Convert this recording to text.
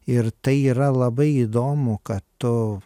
ir tai yra labai įdomu kad tu